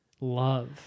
love